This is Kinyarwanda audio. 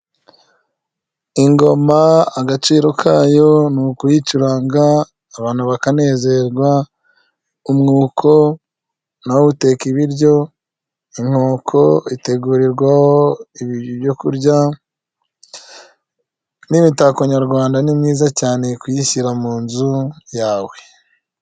Ingoma agaciro kayo ni ukuyicuranga abantu bakanezerwa, umwuko nawo uteka ibiryo, inkoko itegurirwaho ibyo kurya, n'imitako nyarwanda ni mwiza cyane kuyishyira mu nzu yawe.